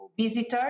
visitors